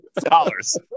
Dollars